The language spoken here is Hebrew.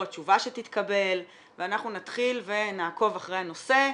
התשובה שתתקבל ואנחנו נתחיל ונעקוב אחרי הנושא.